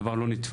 דבר לא נתפס